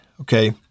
okay